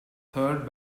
third